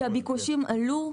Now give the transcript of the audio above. כי הביקושים עלו.